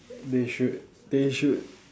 they should they should